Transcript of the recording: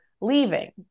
leaving